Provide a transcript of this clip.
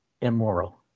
immoral